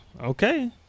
okay